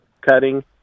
cutting